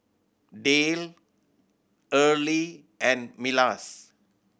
Dale Earley and Milas